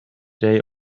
day